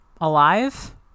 alive